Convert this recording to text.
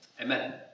Amen